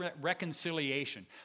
reconciliation